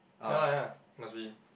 ya lah ya must be